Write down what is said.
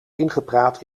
ingepraat